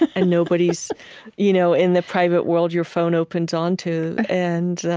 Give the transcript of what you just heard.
and nobody's you know in the private world your phone opens onto. and